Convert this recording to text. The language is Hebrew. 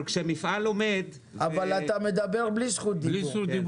אבל כשמפעל עומד --- אבל אתה מדבר בלי זכות דיבור.